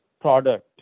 product